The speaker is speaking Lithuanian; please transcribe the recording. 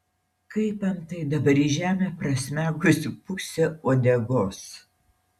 kaip antai dabar į žemę prasmegusi pusė uodegos